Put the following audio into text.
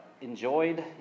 enjoyed